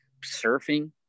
surfing